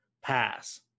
Pass